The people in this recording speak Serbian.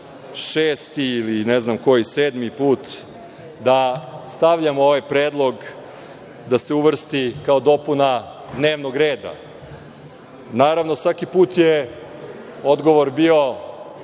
šesti ili sedmi put da stavljamo ovaj predlog da se uvrsti kao dopuna dnevnog reda. Naravno, svaki put je odgovor bio